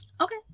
Okay